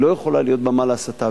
היא לא יכולה להיות במה להסתה,